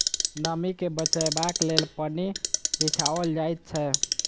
नमीं के बचयबाक लेल पन्नी बिछाओल जाइत छै